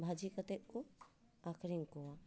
ᱵᱷᱟᱹᱡᱤ ᱠᱟᱛᱮᱫ ᱠᱚ ᱟᱹᱠᱷᱟᱹᱨᱤᱧ ᱠᱚᱣᱟ